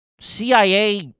CIA